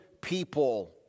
people